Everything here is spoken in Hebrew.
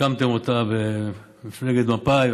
הקמתם אותה במפלגת מפא"י,